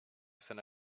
seine